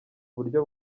buryo